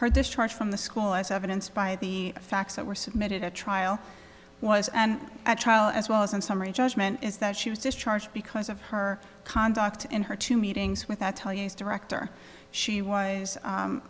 her discharge from the school as evidenced by the facts that were submitted a trial was and at trial as well as in summary judgment is that she was discharged because of her conduct in her two meetings with that tell us director she was